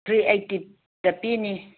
three ꯑꯩꯇꯤꯗ ꯄꯤꯅꯤ